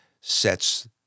sets